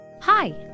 Hi